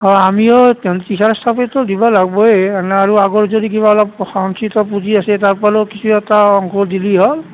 অঁ আমিও টিচাৰ্চ ষ্টাফেতো দিব লাগিবই অন্য আৰু আগৰ যদি কিবা অলপ সঞ্চিত পুঁজি আছে তাৰপৰা অলপ কিছু এটা অংশ দিলেই হ'ল